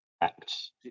acts